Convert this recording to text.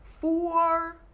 four